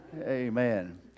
Amen